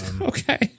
Okay